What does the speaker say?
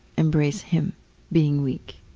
embrace him being weak,